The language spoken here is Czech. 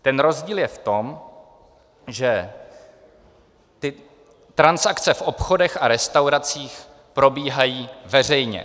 Ten rozdíl je v tom, že transakce v obchodech a restauracích probíhají veřejně.